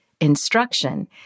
instruction